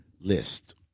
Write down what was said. List